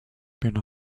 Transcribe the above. been